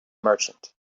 merchant